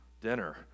dinner